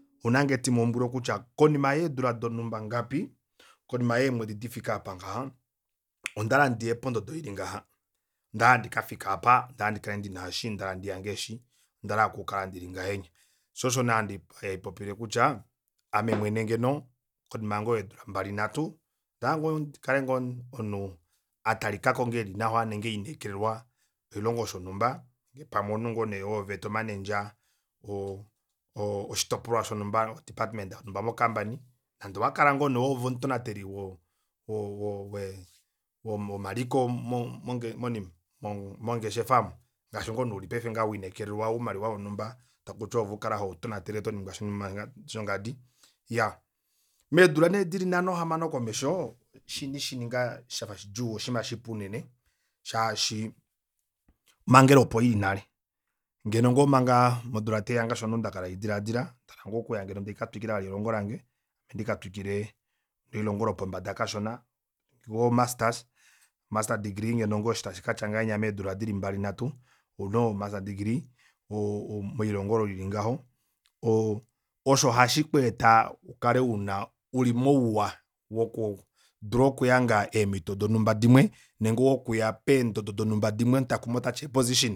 Ouna ngoo etimambwile kutya konima yeedula donumba ngapi konima yeemwedi difike aapa ngaha ondahala ndiye pondodo ili ngaha onda hala ndikafike aapa ondahala ndikale ndina eshi ondahala ndhihange eshi ondahala ndikale ndili ngahenya shoo osho nee haipopile kutya ame mwene ngeno konima ngoo yeedula mbali nhatu ondahala ngoo ndikale omunhu atalikako ngoo eli nawa nenge elineekelelwa oshilonga shonumba pamwe omunhu ngoo nee oove tomanenza o- o oshitopolwa shonumba o department yonumba mo campany nande owakala ngoo nee oove omutonateli we- wo- wo womaliko mongeshefa aamo ngaashi ngoo nee uli paife wiinekelelwa oumaliwa vonhumba takuti oove ukale hova tonatele toningwa shongadi. Iyaa meedula nee dili nhano hamano komesho eshi iniishininga shafa shidjuu oshinima shipu unene shaashi omangela opo ili nale ngeno ngoo manga modula taiya ngaashi omunhu ndakala hadilaadila ndahala ngoo okuya ndee haikatwikila vali elongo lange ndika twikile nelihongo lopombada kashona master's degree ngeno ngoo eshi tashikatya ngahenya meedula dili mbali nhatu ouna o master's degree melihongo olo lili ngaho oo osho hashi kweeta ukale una uli mouwa woku dula okuhanga eemito donumba dimwe nenge nenge okuya peendodo donumba dimwe omutakumi tati ee position